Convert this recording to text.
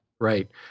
Right